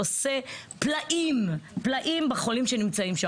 עושה פלאים פלאים בחולים שנמצאים,